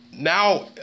Now